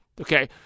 Okay